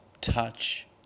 touch